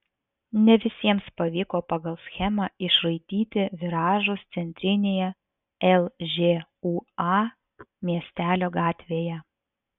ne visiems pavyko pagal schemą išraityti viražus centrinėje lžūa miestelio gatvėje